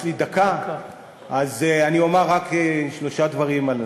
יש לי דקה, אז אני אומר רק שלושה דברים.